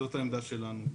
זאת העמדה שלנו.